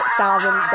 thousand